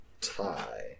tie